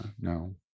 no